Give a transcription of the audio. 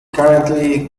currently